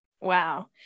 Wow